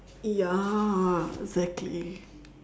ya exactly